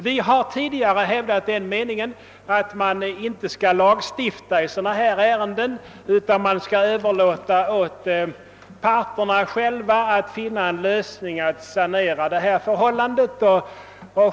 Vi har tidigare hävdat den meningen att man inte skail lagstifta i ärenden av detta slag utan överlåta åt parterna själva att finna en lösning att sanera förhållandena.